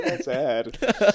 sad